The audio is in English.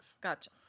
Gotcha